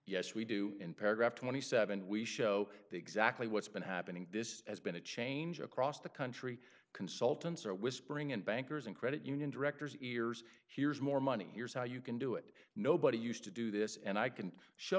yes we do in paragraph twenty seven we show exactly what's been happening this has been a change across the country consultants are whispering and bankers and credit union directors ears here's more money here's how you can do it nobody used to do this and i can show